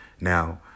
Now